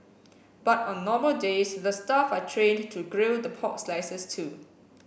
but on normal days the staff are trained to grill the pork slices too